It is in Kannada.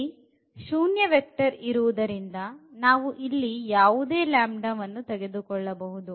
ಇಲ್ಲಿ ಶೂನ್ಯ ವೆಕ್ಟರ್ ಇರುವುದರಿಂದ ನಾವು ಇಲ್ಲಿ ಯಾವುದೇ ಲ್ಯಾಂಬ್ಡಾವನ್ನು ತೆಗೆದುಕೊಳ್ಳಬಹುದು